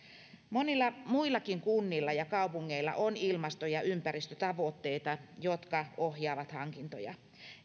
monilla muillakin kunnilla ja kaupungeilla on ilmasto ja ympäristötavoitteita jotka ohjaavat hankintoja